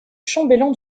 chambellan